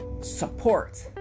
support